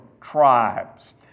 tribes